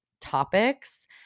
topics